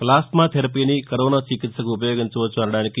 plasma థెరపీని corona చికిత్సకు ఉపయోగించవచ్చనడానికి